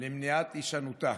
ונקיטת אמצעים למניעת הישנותה.